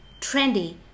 trendy